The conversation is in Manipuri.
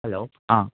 ꯍꯜꯂꯣ ꯑꯥ